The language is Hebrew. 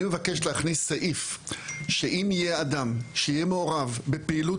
אני מבקש להכניס סעיף שאם יהיה אדם שיהיה מעורב בפעילות